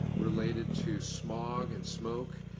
related to smog and smoke,